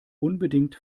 unbedingt